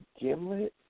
Gimlet